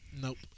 Nope